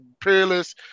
Peerless